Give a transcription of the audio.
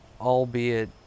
albeit